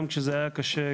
גם כשזה היה קשה,